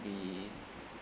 be